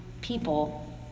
people